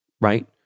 right